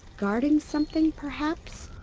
guarding something, perhaps?